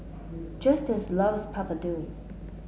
Justus loves Papadum